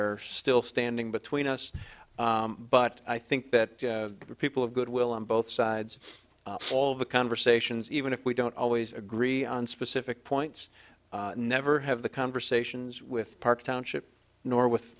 are still standing between us but i think that people of goodwill on both sides all of the conversations even if we don't always agree on specific points never have the conversations with park township nor with